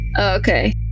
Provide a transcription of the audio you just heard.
Okay